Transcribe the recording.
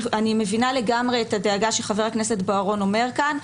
אני מבינה לגמרי את הדאגה שחבר הכנסת בוארון אומר כאן,